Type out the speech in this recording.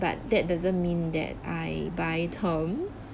but that doesn't mean that I buy term